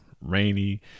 rainy